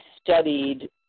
studied